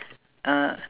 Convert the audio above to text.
uh